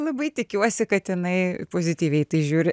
labai tikiuos kad jinai pozityviai į tai žiūri